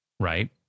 Right